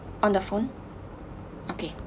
on the phone okay